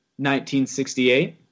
1968